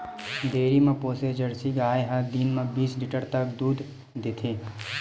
dairy म पोसे Jersey गाय ह दिन म बीस लीटर तक दूद देथे